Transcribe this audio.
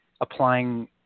applying